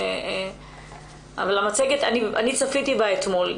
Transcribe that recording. אני צפיתי במצגת אתמול,